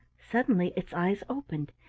suddenly its eyes opened,